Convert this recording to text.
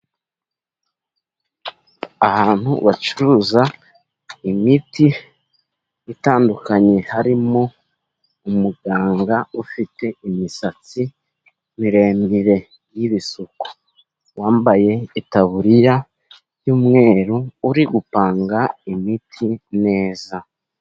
Ahantu bacuruza imiti itandukanye, harimo umuganga ufite imisatsi miremire y'ibisuku, wambaye itaburiya y'umweru, uri gupanga imiti neza.